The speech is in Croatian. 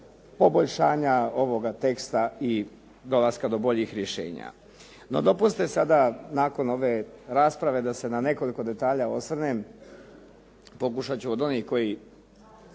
poboljšanja ovoga teksta i dolaska do boljih rješenja. No, dopustite sada nakon ove rasprave da se na nekoliko detalja osvrnem. Pokušat ću od onih za